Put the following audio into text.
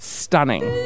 stunning